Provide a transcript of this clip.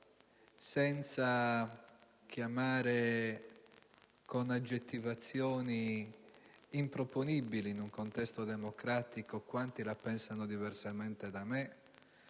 senza chiamare con aggettivazioni improponibili in un contesto democratico quanti la pensano diversamente da me,